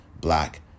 black